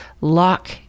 lock